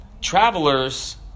Travelers